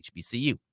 HBCU